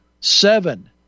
Seven